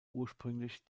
ursprünglich